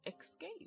escape